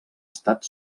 estat